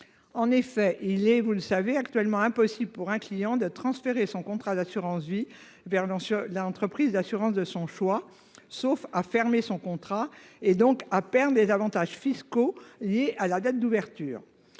En effet, comme vous le savez, il est actuellement impossible pour un client de transférer son contrat d'assurance vie vers l'entreprise d'assurance de son choix, sauf à fermer son contrat, donc à perdre les avantages fiscaux liés à sa date d'ouverture.